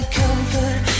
comfort